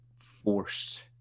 forced